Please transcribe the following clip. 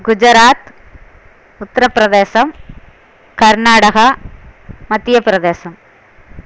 Gujarat Uttar Pradesh Karnataka Madhya Pradesh